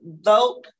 vote